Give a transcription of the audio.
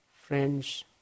friends